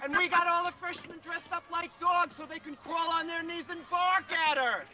and we got all the freshmen dressed up like dogs so they can crawl on their knees and bark at her.